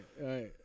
Right